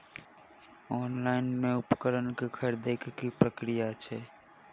Online मे उपकरण केँ खरीदय केँ की प्रक्रिया छै?